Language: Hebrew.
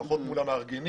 לפחות מול המארגנים,